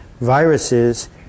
viruses